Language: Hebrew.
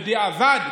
בדיעבד,